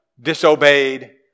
disobeyed